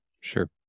Sure